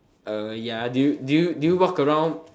uh ya do you do you walk around